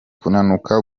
kunanuka